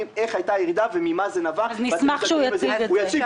איך הייתה ירידה וממה זה נבע --- אני אשמח שהוא יציג את זה,